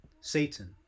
Satan